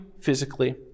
physically